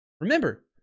Remember